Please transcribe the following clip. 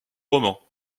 romans